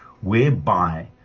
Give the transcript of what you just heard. whereby